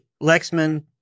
Lexman